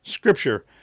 Scripture